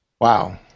wow